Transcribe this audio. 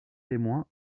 témoins